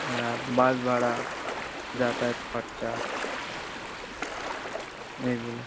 হ্যাঁ বাস ভাড়া যাতায়াত খরচা এগুলো